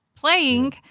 Playing